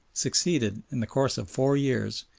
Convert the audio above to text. succeeded, in the course of four years,